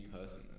person